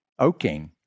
oaking